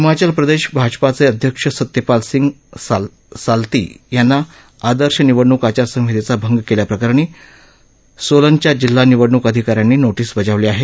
हिमाचल प्रदेश भाजपाचे अध्यक्ष सत्यपाल सिंग साल्ती यांना आदर्श निवडणूक आचार संहितेचा भंग केल्याप्रकरणी सोलनच्या जिल्हा निवडणूक अधिका यांनी नोटीस बजावली आहे